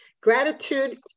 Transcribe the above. Gratitude